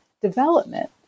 development